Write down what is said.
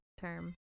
term